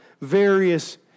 various